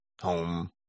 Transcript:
home